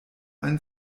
ein